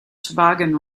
toboggan